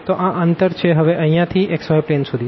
તો આ અંતર છે હવે અહિયાં થી xy પ્લેન સુધી